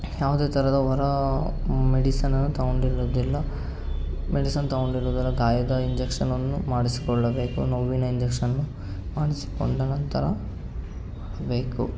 ಯಾವುದೇ ಥರದ ಹೊರ ಮೆಡಿಸಿನನ್ನು ತೊಗೊಂಡಿರುದಿಲ್ಲ ಮೆಡಿಸಿನ್ ತೊಗೊಂಡಿರುದಿಲ್ಲ ಗಾಯದ ಇಂಜೆಕ್ಷನನ್ನು ಮಾಡಿಸಿಕೊಳ್ಳಬೇಕು ನೋವಿನ ಇಂಜೆಕ್ಷನ್ ಮಾಡಿಸಿಕೊಂಡ ನಂತರ ಬೇಕು